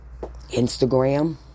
Instagram